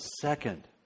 Second